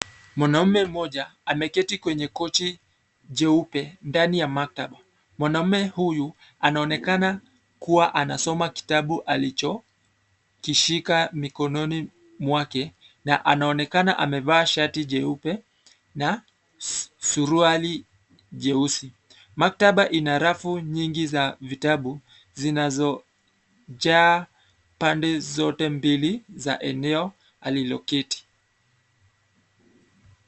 Mwanaume mmoja ameketi kwenye kochi, jeupe ndani ya maktaba, mwanaume huyu, anaonekana, kuwa anasoma kitabu alicho, kishika mikononi, mwake, na anaonekana amevaa shati jeupe, na, suruali, jeusi, maktaba ina rafu nyingi za vitabu, zinazo, jaa, pande zote mbili za eneo aliloketi.